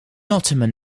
ottoman